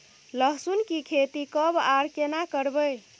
लहसुन की खेती कब आर केना करबै?